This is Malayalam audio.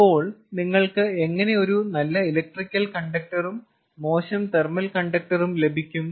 അപ്പോൾ നിങ്ങൾക്ക് എങ്ങനെ ഒരു നല്ല ഇലക്ട്രിക്കൽ കണ്ടക്ടറും മോശം തെർമൽ കണ്ടക്ടറും ലഭിക്കും